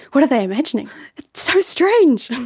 what are they imagining? it's so strange,